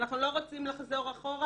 אנחנו לא רוצים לחזור אחורה.